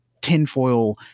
tinfoil